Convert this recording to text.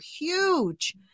huge